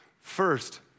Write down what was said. first